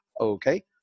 Okay